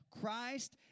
christ